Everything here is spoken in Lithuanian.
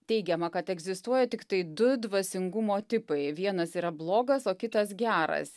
teigiama kad egzistuoja tiktai du dvasingumo tipai vienas yra blogas o kitas geras